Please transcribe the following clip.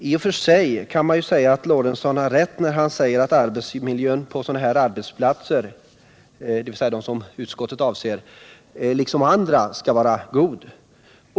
I och för sig har Gustav Lorentzon rätt när han säger att arbetsmiljön på de arbetsplatser som utskottet avser skall vara goda.